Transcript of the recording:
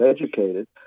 educated